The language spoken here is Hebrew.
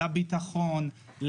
לביטחון,